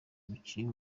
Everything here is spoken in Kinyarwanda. umukinnyi